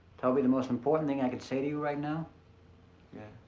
toby, the most important thing i could say to you right now yeah?